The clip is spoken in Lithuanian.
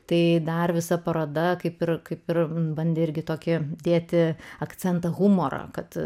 tai dar visa paroda kaip ir kaip ir bandė irgi tokie dėti akcentą humorą kad